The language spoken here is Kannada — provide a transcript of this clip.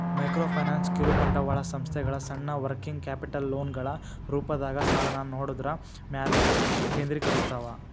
ಮೈಕ್ರೋಫೈನಾನ್ಸ್ ಕಿರುಬಂಡವಾಳ ಸಂಸ್ಥೆಗಳ ಸಣ್ಣ ವರ್ಕಿಂಗ್ ಕ್ಯಾಪಿಟಲ್ ಲೋನ್ಗಳ ರೂಪದಾಗ ಸಾಲನ ನೇಡೋದ್ರ ಮ್ಯಾಲೆ ಕೇಂದ್ರೇಕರಸ್ತವ